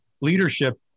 leadership